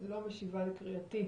לא משיבה לקריאתי.